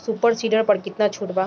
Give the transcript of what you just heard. Super seeder पर केतना छूट बा?